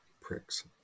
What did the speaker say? Pricks